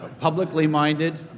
publicly-minded